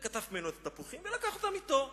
וקטף ממנו את התפוחים ולקח אותם אתו.